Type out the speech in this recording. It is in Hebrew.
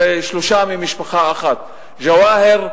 אלה שלושה ממשפחה אחת: ג'והאר,